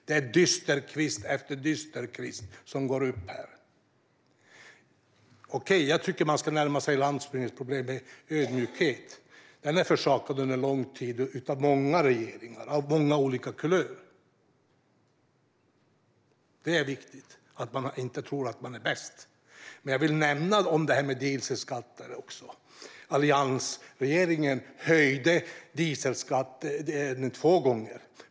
Det är dysterkvist efter dysterkvist som går upp i talarstolen. Jag tycker att man ska närma sig landsbygdens problem med ödmjukhet. Den har försakats under lång tid av många regeringar av många olika kulörer. Det är viktigt att man inte tror att man är bäst. Men jag vill nämna dieselskatterna också. Alliansregeringen höjde dieselskatten två gånger.